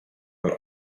but